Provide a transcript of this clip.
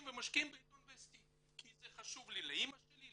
ומשקיעים בעיתון וסטי כי זה חשוב לי לאמא שלי,